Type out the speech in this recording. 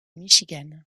michigan